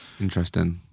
Interesting